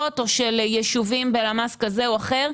או יישובים במצב סוציו-אקונומי כזה או אחר.